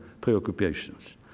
preoccupations